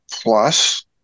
plus